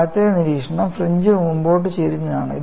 ആദ്യത്തെ നിരീക്ഷണം ഫ്രിഞ്ച് മുന്നോട്ട് ചരിഞ്ഞതാണ്